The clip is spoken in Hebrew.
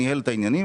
ניהל את העניינים.